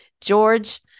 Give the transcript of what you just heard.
George